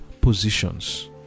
positions